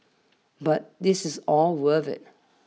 but this is all worth it